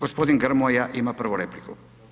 Gospodin Grmoja ima prvu repliku.